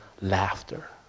laughter